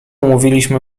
mówiliśmy